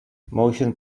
motion